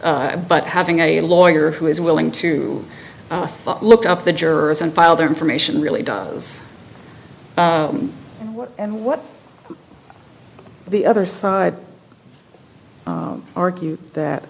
but having a lawyer who is willing to look up the jurors and file their information really does and what the other side argue that